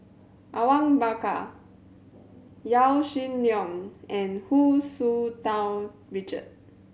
Awang Bakar Yaw Shin Leong and Hu Tsu Tau Richard